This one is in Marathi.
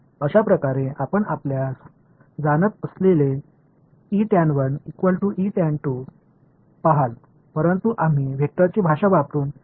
अशाप्रकारे आपण आपल्यास जाणत असलेले पहाल परंतु आम्ही वेक्टरची भाषा वापरुन हे अधिक परिष्कृत पद्धतीने लिहू शकतो